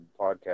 podcast